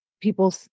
People